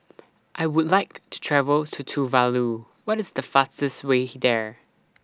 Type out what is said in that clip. I Would like to travel to Tuvalu What IS The fastest Way There